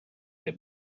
der